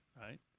Right